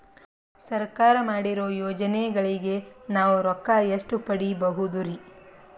ಸರ್ಕಾರ ಮಾಡಿರೋ ಯೋಜನೆಗಳಿಗೆ ನಾವು ರೊಕ್ಕ ಎಷ್ಟು ಪಡೀಬಹುದುರಿ?